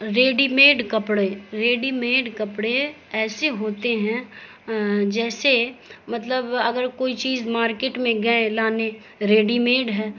ready made کپڑے ready made کپڑے ایسے ہوتے ہیں جیسے مطلب اگر کوئی چیز مارکیٹ میں گئے لانے ریڈی میڈ ہے